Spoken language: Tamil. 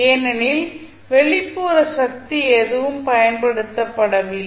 ஏனெனில் வெளிப்புற சக்தி எதுவும் பயன்படுத்தப் படவில்லை